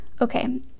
Okay